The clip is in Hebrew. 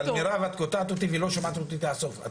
את קוטעת אותי ולא שומעת אותי עד הסוף.